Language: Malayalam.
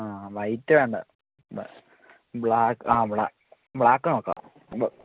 ആ വൈറ്റ് വേണ്ട ബ്ലാക്ക് ആ ബ്ലാക്ക് നോക്കാം